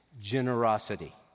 generosity